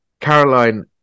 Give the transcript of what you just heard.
caroline